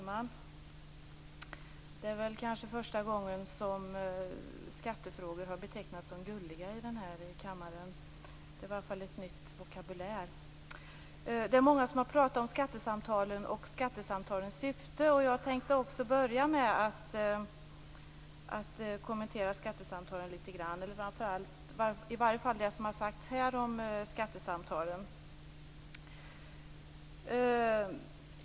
Fru talman! Det är väl kanske första gången som skattefrågor har betecknats som gulliga här i kammaren. Det var i alla fall en ny vokabulär. Det är många som har pratat om skattesamtalen och skattesamtalens syfte. Jag tänkte också börja med att kommentera skattesamtalen lite grann, i alla fall det som har sagts här om skattesamtalen.